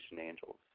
angels